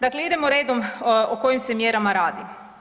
Dakle, idemo redom o kojim se mjerama radi.